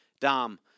Dom